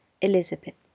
Elizabeth